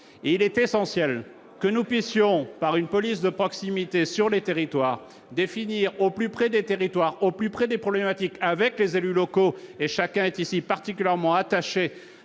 il est essentiel que nous puissions par une police de proximité sur les territoires définir au plus près des territoires au plus près des problématiques avec les élus locaux et chacun est ici particulièrement attaché